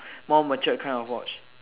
more mature kind of watch